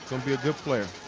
so be a good player.